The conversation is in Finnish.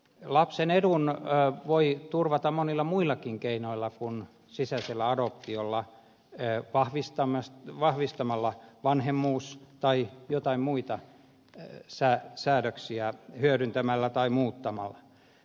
lapsen edun voi turvata monilla muillakin keinoilla kuin sisäisellä adoptiolla huoltajuuden vahvistamisella tai joitain muita säädöksiä hyödyntämällä tai muuttamalla